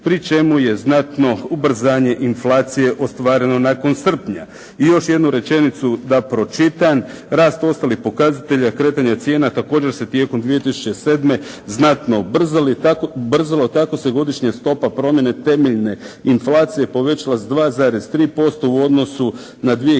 pri čemu je znatno ubrzanje inflacije ostvareno nakon srpnja.“. I još jednu rečenicu da pročitam, rast ostalih pokazatelja i kretanje cijena također se tijekom 2007. znatno ubrzalo, tako se godišnje stopa promjene temeljne inflacije povećala sa 2.3% u odnosu na 2006.,